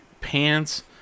pants